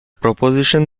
proposition